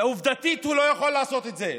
עובדתית הוא לא יכול לעשות את זה,